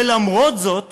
ולמרות זאת